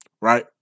right